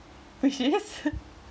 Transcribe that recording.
which is